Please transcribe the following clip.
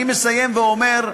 אני מסיים ואומר: